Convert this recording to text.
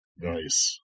Nice